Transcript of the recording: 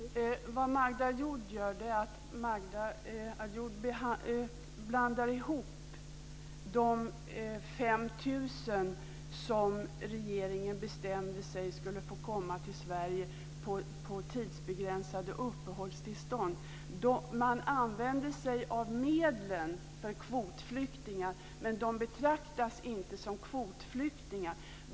Fru talman! Vad Magda Ayoub gör är att hon blandar ihop kvotflyktingar med de 5 000 som regeringen bestämde skulle få komma till Sverige på tidsbegränsade uppehållstillstånd. Man använder sig av medlen för kvotflyktingar, men de betraktas inte som kvotflyktingar.